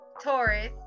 Taurus